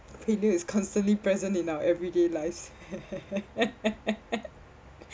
failure is constantly present in our everyday lives